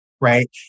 right